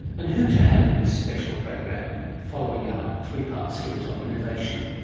and who to have in this special program, following our three-part series on innovation?